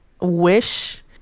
wish